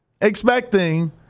expecting